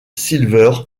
silver